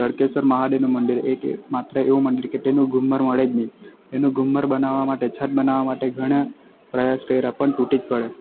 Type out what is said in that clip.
તડકેશ્વર મહાદેવનું મંદિર એક એ માત્ર એવું મંદિર કે તેનું ઘુમર મળે જ ની તેનું ઘુમર બનાવવા માટે છત બનાવવા માટે ઘણાં પ્રયાસ કર્યાં પણ તૂટી જ પડે